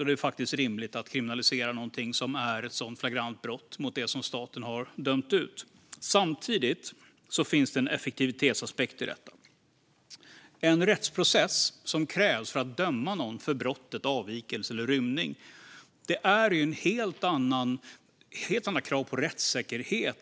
Det är faktiskt rimligt att kriminalisera något som är ett så flagrant brott mot det som staten har dömt ut. Samtidigt finns det en effektivitetsaspekt i detta. En rättsprocess som krävs för att döma någon för brottet avvikelse eller rymning har helt andra krav på rättssäkerhet.